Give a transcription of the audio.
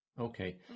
Okay